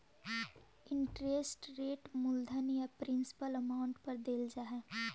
interest rate मूलधन या principal amount पर देल जा हई